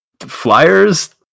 flyers